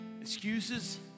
Excuses